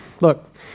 look